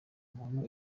muntu